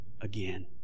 again